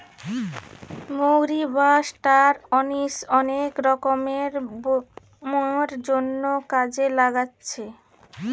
মৌরি বা star anise অনেক রকমের ব্যামোর জন্যে কাজে লাগছে